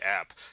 app